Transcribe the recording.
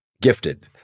gifted